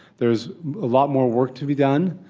there is a lot more work to be done,